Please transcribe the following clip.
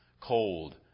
cold